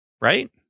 right